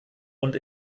und